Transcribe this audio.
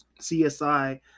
CSI